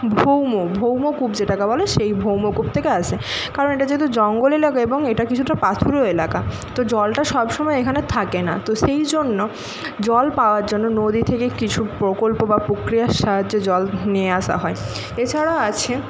ভৌম ভৌম কূপ যেটাকে বলে সেই ভৌম কূপ থেকে আসে কারণ এটা যেহেতু জঙ্গল এলাকা এবং এটা কিছুটা পাথুরে এলাকা তো জলটা সবসময় এখানে থাকে না তো সেই জন্য জল পাওয়ার জন্য নদী থেকে কিছু প্রকল্প বা প্রক্রিয়ার সাহায্যে জল নিয়ে আসা হয় এছাড়া আছে